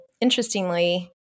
interestingly